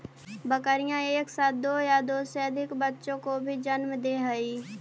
बकरियाँ एक साथ दो या दो से अधिक बच्चों को भी जन्म दे हई